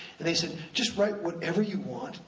and they said, just write whatever you want,